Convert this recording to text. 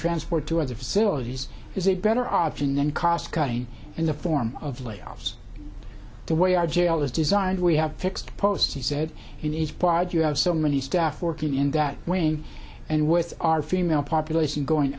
transport to other facilities is a better option than cost cutting in the form of layoffs the way our jail is designed we have fixed posts he said in each pod you have so many staff working in that range and with our female population going